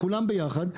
כולם ביחד,